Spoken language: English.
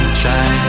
try